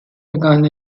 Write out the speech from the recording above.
begann